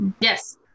yes